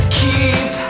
keep